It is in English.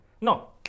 No